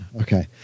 okay